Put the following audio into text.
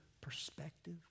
perspective